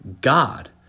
God